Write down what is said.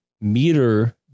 meter